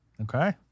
Okay